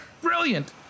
brilliant